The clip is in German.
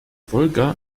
wolga